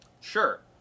Sure